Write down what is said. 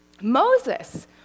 Moses